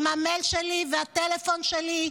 עם המייל שלי והטלפון שלי.